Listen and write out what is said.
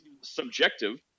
subjective